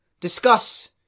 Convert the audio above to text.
discuss